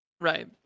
Right